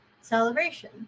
celebration